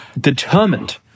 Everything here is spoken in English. Determined